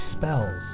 spells